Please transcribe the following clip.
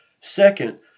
Second